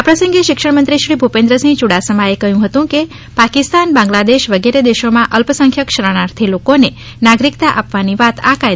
આ પ્રસંગે શિક્ષણમંત્રી શ્રી ભુપેન્દ્રસિંહ યુડાસમાએ કહ્યું હતું કે પાકિસ્તાન બાંગ્લાદેશ વગેરે દેશોના અલ્પસંખ્યક શરણાર્થી લોકોને નાગરિકતા આપવાની વાત આ કાયદામાં કરાય છે